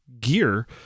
gear